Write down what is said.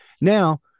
Now